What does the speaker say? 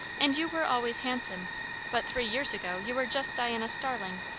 and you were always handsome but three years ago you were just diana starling,